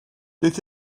beth